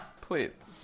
Please